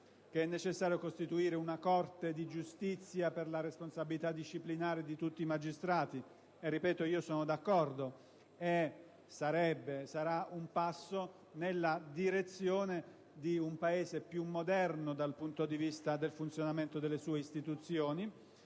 che è necessario costituire una Corte di giustizia per la responsabilità disciplinare di tutti i magistrati. Ripeto che sono d'accordo. Sarà un passo nella direzione di un Paese più moderno dal punto di vista del funzionamento delle sue istituzioni,